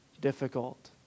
difficult